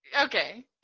Okay